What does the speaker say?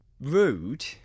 rude